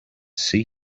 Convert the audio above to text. see